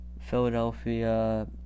Philadelphia